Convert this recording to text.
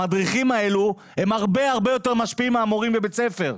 המדריכים האלו הם הרבה יותר משפיעים מהמורים בבית ספר.